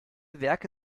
werke